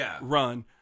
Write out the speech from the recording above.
run